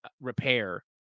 repair